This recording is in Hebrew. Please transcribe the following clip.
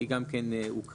היא גם כן הוקראה.